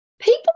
People